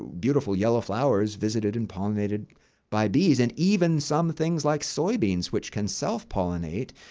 beautiful yellow flowers visited and pollinated by bees. and even some things like soybeans, which can self-pollinate,